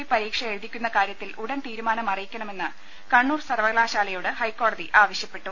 B പരീക്ഷ എഴുതിക്കുന്ന കാര്യത്തിൽ ഉടൻ തീരുമാനമറിയിക്കണ മെന്ന് കണ്ണൂർ സർവകലാശാലയോട് ഹൈക്കോടതി ആവശൃപ്പെട്ടു